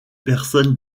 personne